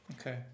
Okay